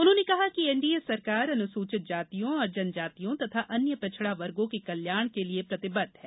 उन्होंने कहा कि एनडीए सरकार अनुसूचित जातियों और जनजातियों तथा अन्य पिछड़ा वर्गों के कल्याण के लिए प्रतिबद्ध है